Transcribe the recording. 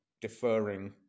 deferring